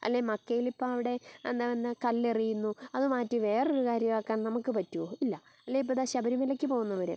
അല്ലേ മക്കയിലിപ്പം അവിടെ എന്താ എന്താ കല്ലെറിയുന്നു അത് മാറ്റി വേറൊരു കാര്യമാക്കാൻ നമുക്ക് പറ്റുമോ ഇല്ല അല്ലേ ഇപ്പം ദാ ശബരിമലയ്ക്ക് പോകുന്നവർ